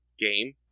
game